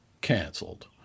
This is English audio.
canceled